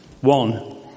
One